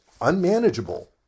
unmanageable